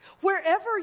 Wherever